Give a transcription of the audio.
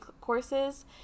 courses